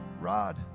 rod